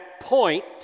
point